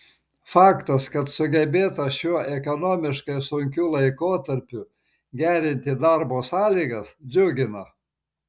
faktas kad sugebėta šiuo ekonomiškai sunkiu laikotarpiu gerinti darbo sąlygas džiugina